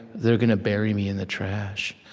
they're gonna bury me in the trash.